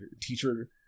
teacher